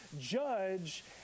judge